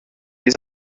les